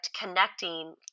connecting